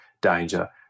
danger